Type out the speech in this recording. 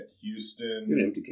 Houston